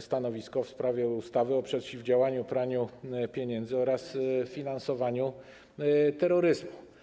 stanowisko w sprawie projektu ustawy o przeciwdziałaniu praniu pieniędzy oraz finansowaniu terroryzmu.